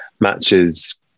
matches